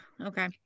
okay